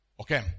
Okay